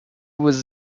was